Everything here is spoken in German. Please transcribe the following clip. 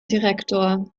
direktor